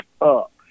up